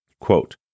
Quote